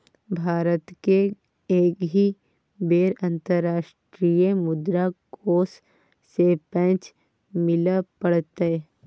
भारतकेँ एहि बेर अंतर्राष्ट्रीय मुद्रा कोष सँ पैंच लिअ पड़तै